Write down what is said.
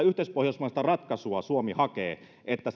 yhteispohjoismaista ratkaisua suomi hakee että